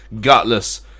gutless